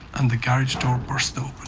and the garage door burst open,